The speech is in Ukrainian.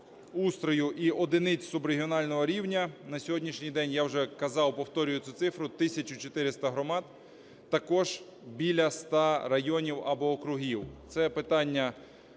устрою і одиниць субрегіонального рівня на сьогоднішній день я вже казав, повторюю цю цифру, 1 тисячу 400 громад, також більше 100 районів або округів. Це питання